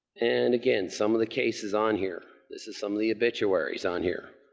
and, again, some of the cases on here, this is some of the obituaries on here.